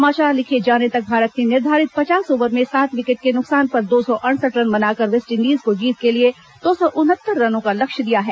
समाचार लिखे जाने तक भारत ने निर्धारित पचास ओवर में सात विकेट के नुकसान पर दो सौ अड़सठ रन बना कर वेस्टइंडीज को जीत के लिए दो सौ उनहत्तर रनों का लक्ष्य दिया है